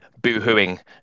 boohooing